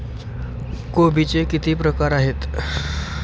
कोबीचे किती प्रकार आहेत?